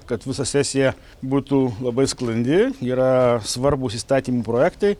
kad visa sesija būtų labai sklandi yra svarbūs įstatymų projektai